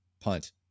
punt